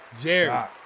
Jerry